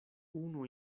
unu